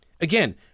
Again